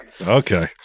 Okay